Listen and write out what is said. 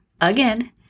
again